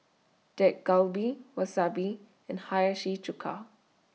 Dak Galbi Wasabi and Hiyashi Chuka